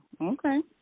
Okay